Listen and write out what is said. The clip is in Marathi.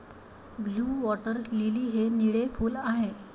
ब्लू वॉटर लिली हे निळे फूल आहे